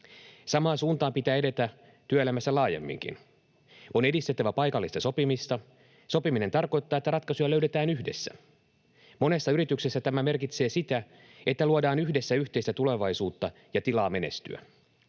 Samaan suuntaan pitää edetä työelämässä laajemminkin. On edistettävä paikallista sopimista. Sopiminen tarkoittaa, että ratkaisuja löydetään yhdessä. Monessa yrityksessä tämä merkitsee sitä, että luodaan yhdessä yhteistä tulevaisuutta ja tilaa menestyä.